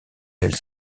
elle